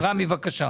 בבקשה.